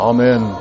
Amen